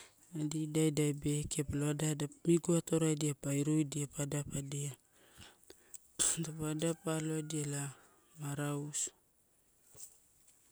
Adi, idai, idai bekiai palo ada adapa, miguatoraidia pa iruidia, pa adapadia. Toupa adapa aloaidia ela ma rausu.